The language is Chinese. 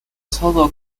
操作